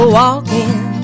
walking